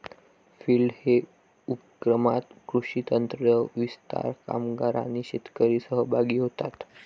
field day उपक्रमात कृषी तज्ञ, विस्तार कामगार आणि शेतकरी सहभागी होतात